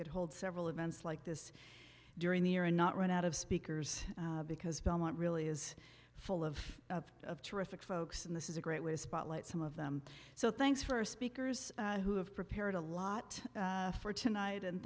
could hold several events like this during the year and not run out of speakers because belmont really is full of of terrific folks and this is a great way to spotlight some of them so thanks for speakers who have prepared a lot for tonight and